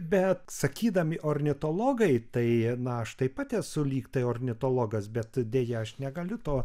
bet sakydami ornitologai tai na aš taip pat esu lygtai ornitologas bet deja aš negaliu to